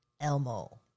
Elmo